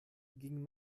ging